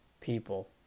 people